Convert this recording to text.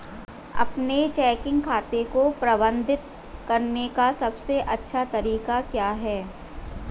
अपने चेकिंग खाते को प्रबंधित करने का सबसे अच्छा तरीका क्या है?